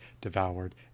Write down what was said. devoured